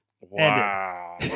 Wow